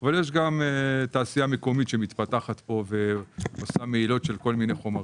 אבל יש גם תעשייה מקומית שמתפתחת כאן ומוהלת כל מיני חומרים.